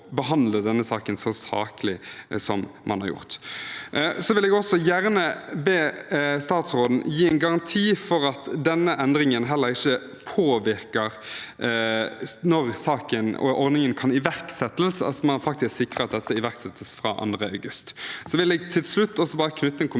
ha behandlet dem så saklig som man har gjort. Jeg vil også gjerne be statsråden gi en garanti for at denne endringen heller ikke påvirker når ordningen kan iverksettes, og at man faktisk sikrer at dette iverksettes fra 2. august. Til slutt vil jeg bare knytte en kommentar